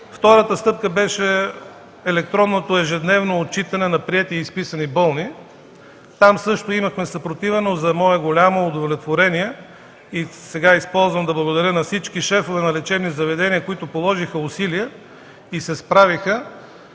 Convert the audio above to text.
Втората стъпка беше електронното ежедневно отчитане на приети и изписани болни. Там също имахме съпротива, но за мое голямо удовлетворение, сега използвам да благодаря на всички шефове на лечебни заведения, които положиха усилия и се справиха,